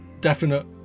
definite